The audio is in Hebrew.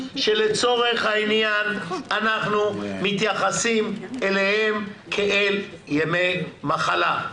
שלצורך העניין אנחנו מתייחסים אליהם כאל ימי מחלה,